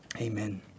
Amen